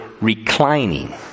reclining